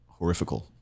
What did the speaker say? horrifical